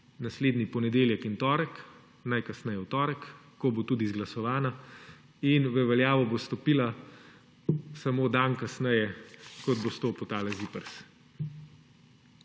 naslednji ponedeljek in torek, najkasneje v torek, ko bo tudi izglasovana, in v veljavo bo stopila samo dan kasneje, kot bo stopil tale ZIPRS.